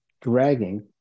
dragging